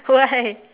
why why